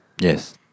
Yes